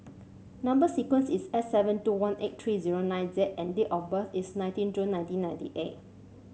number sequence is S seven two one eight three zero nine Z and date of birth is nineteen June nineteen ninety eight